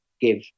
give